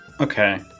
Okay